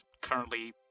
currently